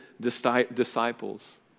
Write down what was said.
disciples